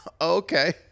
Okay